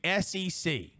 SEC